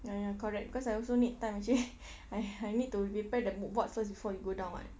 ya ya correct because I also need time actually I I need to repair the mood board first before we go down [what]